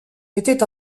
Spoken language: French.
était